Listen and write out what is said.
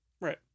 Right